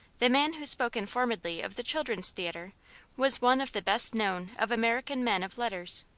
the man who spoke informedly of the children's theatre was one of the best-known of american men of letters.